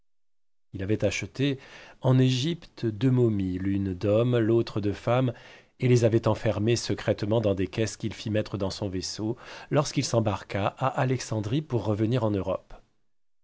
il avait acheté en égypte deux momies l'une d'homme l'autre de femme et les avait enfermées secrètement dans des caisses qu'il fit mettre dans son vaisseau lorsqu'il s'embarqua à alexandrie pour revenir en europe